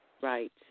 Right